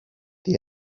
the